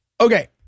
Okay